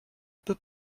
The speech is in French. peu